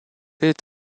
est